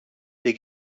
der